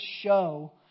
show